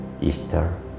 Easter